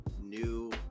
new